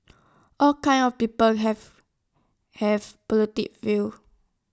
all kinds of people have have politic views